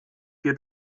geht